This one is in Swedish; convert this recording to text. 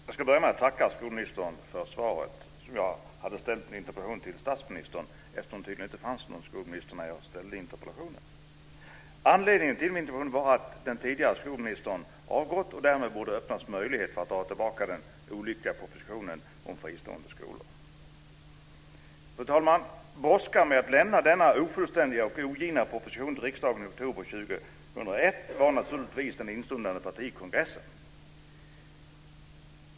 Fru talman! Jag ska börja med att tacka skolministern för svaret. Jag hade ställt min interpellation till statsministern eftersom det tydligen inte fanns någon skolminister då. Anledningen till min interpellation var att den tidigare skolministern avgått, och därmed borde det öppnas möjlighet att dra tillbaka den olyckliga propositionen om fristående skolor. Fru talman! Brådskan med att lämna denna ofullständiga och ogina proposition till riksdagen i oktober 2001 var naturligtvis den instundande partikongressen.